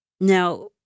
now